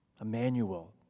Emmanuel